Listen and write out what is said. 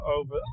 over